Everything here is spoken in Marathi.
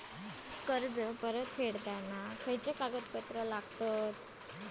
कर्ज परत फेडताना कसले कागदपत्र लागतत?